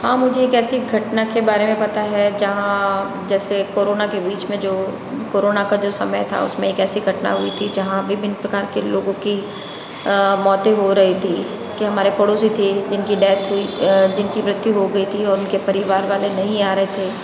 हाँ मुझे एक ऐसी घटना के बारे में पता है जहाँ जैसे कोरोना के बीच में जो कोरोना का जो समय था उसमें एक ऐसी घटना हुई थी जहाँ विभिन्न प्रकार के लोगों की मौत हो रही थी के हमारे पड़ोसी थे जिनकी डेथ हुई जिनकी मृत्यु हो गयी थी और उनके परिवार वाले नहीं आ रहे थे